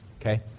okay